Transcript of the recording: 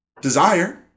desire